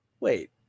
Wait